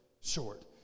short